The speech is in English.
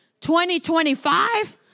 2025